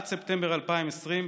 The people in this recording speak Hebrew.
עד ספטמבר 2020,